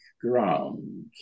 ground